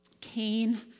Cain